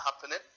happening